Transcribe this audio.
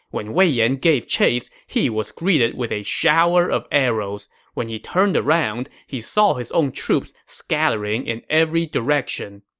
when wei yan gave chase, he was greeted with a shower of arrows. when he turned around, he saw his own troops scattering in all directions.